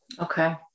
Okay